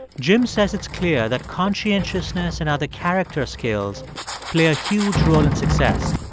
jim says it's clear that conscientiousness and other character skills play a huge role in success.